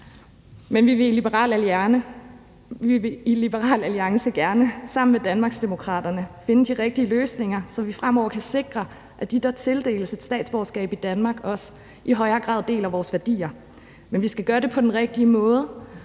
Men vi vil i Liberal Alliance gerne sammen med Danmarksdemokraterne finde de rigtige løsninger, så vi fremover kan sikre, at de, der tildeles et statsborgerskab i Danmark, også i højere grad deler vores værdier. Men vi skal gøre det på den rigtige måde,